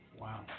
Wow